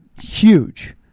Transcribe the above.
huge